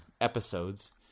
episodes